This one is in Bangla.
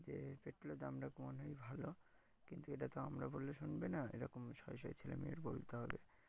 যে পেট্রোলের দামটা কমানই ভালো কিন্তু এটা তো আমরা বললে শুনবে না এরকম শয়ে শয়ে ছেলে মেয়ের বলতে হবে